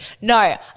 no